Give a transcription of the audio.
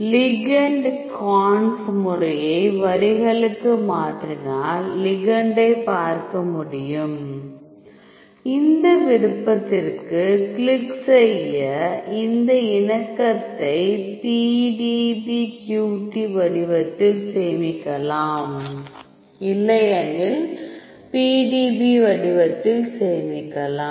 ligand கான்ப் முறையை வரிகளுக்கு மாற்றினால் லிகெண்டைப் பார்க்க முடியும் இந்த விருப்பத்திற்கு கிளிக் செய்ய இந்த இணக்கத்தை PDBQT வடிவத்தில் சேமிக்கலாம் இல்லையெனில் PDB வடிவத்தில் சேமிக்கலாம்